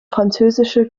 französische